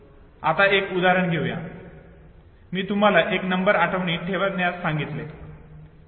आता एक उदाहरण घेऊया मी तुम्हाला एक नंबर आठवणीत ठेवण्यास सांगितले ठीक आहे